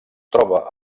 troba